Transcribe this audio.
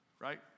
right